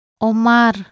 Omar